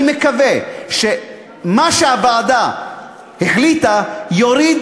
אני מקווה שמה שהוועדה החליטה יוריד